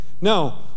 No